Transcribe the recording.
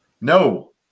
No